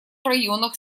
районах